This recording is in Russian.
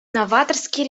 новаторские